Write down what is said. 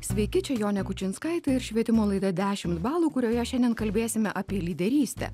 sveiki čia jonė kučinskaitė ir švietimo laida dešimt balų kurioje šiandien kalbėsime apie lyderystę